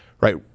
right